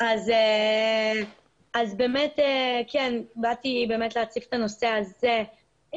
באתי להציג את הנושא הזה.